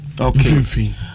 Okay